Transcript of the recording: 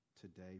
today